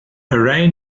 array